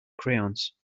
crayons